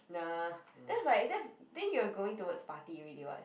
nah that's like that's then you are going towards party already [what]